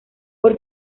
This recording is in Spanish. por